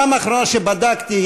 בפעם האחרונה שבדקתי,